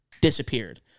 disappeared